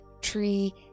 tree